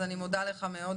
אני מודה לך מאוד,